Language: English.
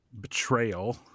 betrayal